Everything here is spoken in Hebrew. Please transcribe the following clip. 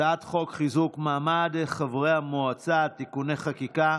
הצעת חוק חיזוק מעמד חברי המועצה (תיקוני חקיקה),